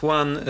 one